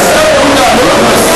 עשה בגידה, לא עשה